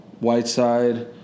Whiteside